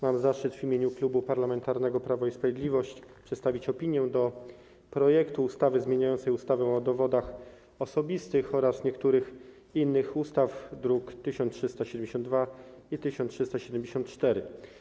Mam zaszczyt w imieniu Klubu Parlamentarnego Prawo i Sprawiedliwość przedstawić opinię dotyczącą projektu ustawy zmieniającej ustawę o zmianie ustawy o dowodach osobistych oraz niektórych innych ustaw, druki nr 1372 i 1374.